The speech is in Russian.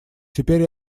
теперь